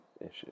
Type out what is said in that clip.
issues